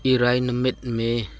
ꯏꯔꯥꯏ ꯅꯨꯃꯤꯠ ꯃꯦ